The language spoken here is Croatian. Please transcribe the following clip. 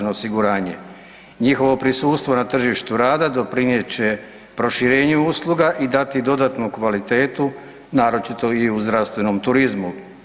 Njihovo prisustvo na tržištu rada doprinijet će proširenju usluga i dati dodatnu kvalitetu naročito i u zdravstvenom turizmu.